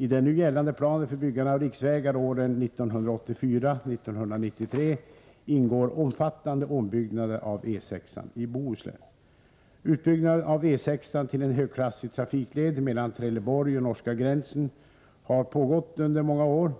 I den nu gällande planen för byggande av riksvägar åren 1984-1993 ingår omfattande ombyggnader av E 6-an i Bohuslän. Utbyggnaden av E 6-an till en högklassig trafikled mellan Trelleborg och norska gränsen har pågått under många år.